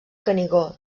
canigó